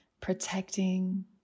protecting